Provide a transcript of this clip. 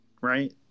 right